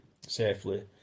safely